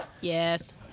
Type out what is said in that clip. Yes